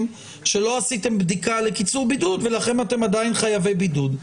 שלא עשיתם בדיקה לקיצור בידוד ולכן אתם עדיין חייבי בידוד.